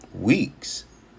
Weeks